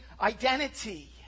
identity